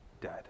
dead